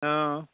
অঁ